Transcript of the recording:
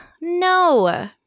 No